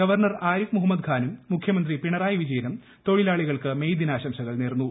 governor Arif Muhammad ഖാനും മുഖ്യമന്ത്രി പിണറായി വിജയനും തൊഴിലാളികൾക്ക് മെയ് ദിനാശാംസകൾ നേർന്നു